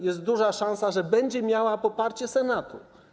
Jest duża szansa, że będzie miała poparcie Senatu.